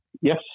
Yes